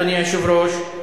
אדוני היושב-ראש,